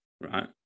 right